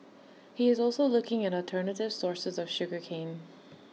he is also looking at alternative sources of sugar cane